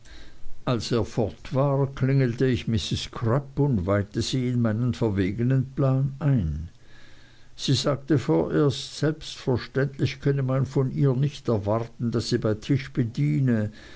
als er fort war klingelte ich mrs crupp und weihte sie in meinen verwegnen plan ein sie sagte vorerst selbstverständlich könne man von ihr nicht erwarten daß sie bei tisch bediene